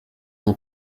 mon